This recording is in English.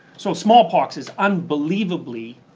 so small pox is unbelieveably